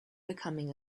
becoming